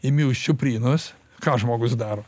imi už čiuprynos ką žmogus daro